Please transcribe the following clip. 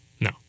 no